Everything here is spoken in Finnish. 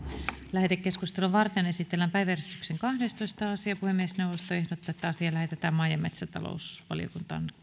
lähetekeskustelua varten esitellään päiväjärjestyksen kahdestoista asia puhemiesneuvosto ehdottaa että asia lähetetään maa ja metsätalousvaliokuntaan